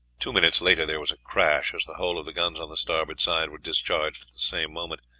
two minutes later there was a crash as the whole of the guns on the starboard side were discharged at the same moment.